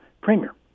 premier